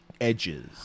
edges